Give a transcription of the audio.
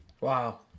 wow